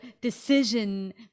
decision